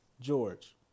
George